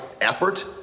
effort